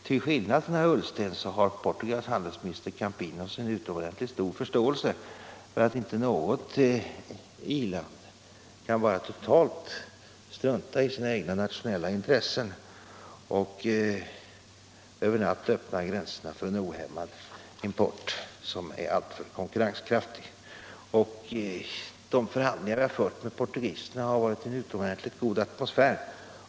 Till skillnad från herr Ullsten har Portugals handelsminister Campinos utomordentligt stor förståelse för att inte något i-land totalt kan strunta i sina egna nationella intressen och över natten öppna gränserna för en ohämmad import, som är alltför konkurrenskraftig. De förhandlingar som vi har fört med portugiserna har präglats av en utomordentligt god atmosfär.